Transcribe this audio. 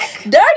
Dirty